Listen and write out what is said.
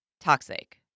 Toxic